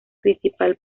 principal